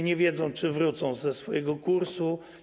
Nie wiedzą, czy wrócą ze swojego kursu.